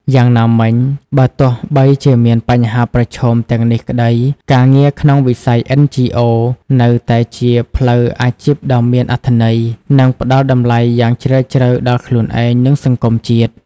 យ៉ាងណាមិញ បើទោះបីជាមានបញ្ហាប្រឈមទាំងនេះក្តី ការងារក្នុងវិស័យ NGO នៅតែជា ផ្លូវអាជីពដ៏មានអត្ថន័យ និងផ្តល់តម្លៃយ៉ាងជ្រាលជ្រៅដល់ខ្លូនឯង និងសង្គមជាតិ។